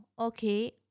okay